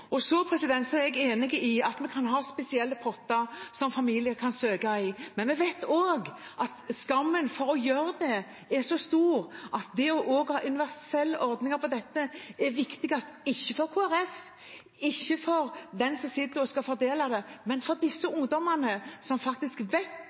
er enig i at vi kan ha spesielle potter som familier kan søke fra. Men vi vet også at skammen ved å gjøre det er så stor at det å ha universelle ordninger for dette er viktigst – ikke for Kristelig Folkeparti, ikke for den som sitter og skal fordele det, men for